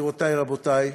רבותי,